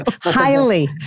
highly